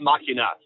Machina